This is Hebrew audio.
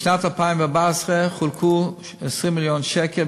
בשנת 2014 חולקו 20 מיליון שקל,